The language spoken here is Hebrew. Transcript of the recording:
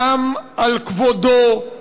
קם על כבודו,